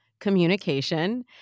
communication